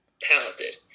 talented